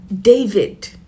David